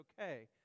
okay